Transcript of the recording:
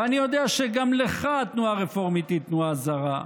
ואני יודע שגם לך התנועה הרפורמית היא תנועה זרה,